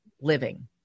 living